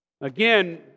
Again